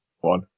one